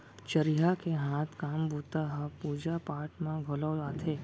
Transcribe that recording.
चरिहा के हाथ काम बूता ह पूजा पाठ म घलौ आथे